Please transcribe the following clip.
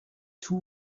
two